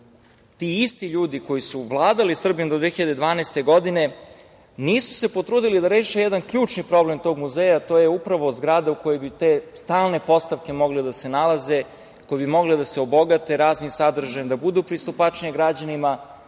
ti isti ljudi, koji su vladali Srbijom do 2012. godine, nisu se potrudili da reše jedan problem tog muzeja, a to je upravo zgrada u kojoj bi te stalne postavke mogle da se nalaze, koje bi mogle da se obogate raznim sadržajem, da budu pristupačnije građanima,